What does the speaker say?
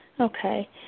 Okay